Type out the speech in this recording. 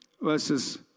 verses